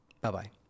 Bye-bye